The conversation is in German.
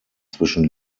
zwischen